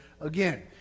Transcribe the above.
again